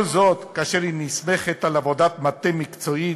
כל זאת כאשר היא נסמכת על עבודת מטה מקצועית,